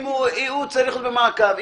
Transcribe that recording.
הוא צריך להיות במעקב.